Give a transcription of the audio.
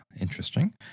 interesting